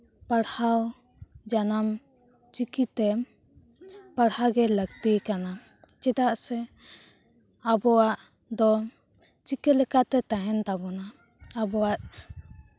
ᱯᱟᱲᱦᱟᱣ ᱡᱟᱱᱟᱢ ᱪᱤᱠᱤᱛᱮᱢ ᱯᱟᱲᱦᱟᱣ ᱜᱮ ᱞᱟᱹᱠᱛᱤ ᱠᱟᱱᱟ ᱪᱮᱫᱟᱜ ᱥᱮ ᱟᱵᱚᱣᱟᱜ ᱫᱚ ᱪᱤᱠᱟᱹ ᱞᱮᱠᱟᱛᱮ ᱛᱟᱦᱮᱱ ᱛᱟᱵᱳᱱᱟ ᱟᱵᱚᱣᱟᱜ